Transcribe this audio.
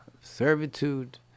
servitude